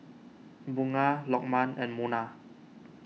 Bunga Lokman and Munah